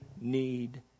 need